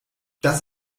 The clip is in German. das